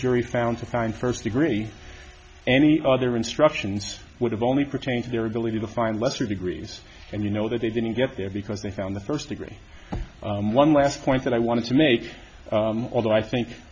jury found the time first degree any other instructions would have only pertain to their ability to find lesser degrees and you know that they didn't get there because they found the first degree one last point that i want to make although i think